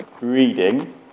reading